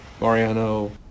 Mariano